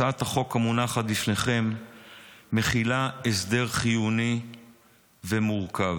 הצעת החוק המונחת בפניכם מכילה הסדר חיוני ומורכב.